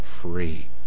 free